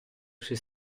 suoi